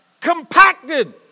compacted